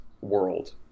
world